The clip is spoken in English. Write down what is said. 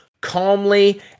calmly